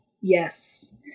yes